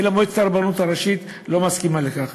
אלא מועצת הרבנות הראשית לא מסכימה לכך.